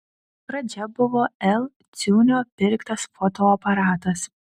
pradžia buvo l ciūnio pirktas fotoaparatas